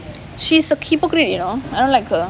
she's a hypocrite you know I don't like her